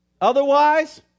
Otherwise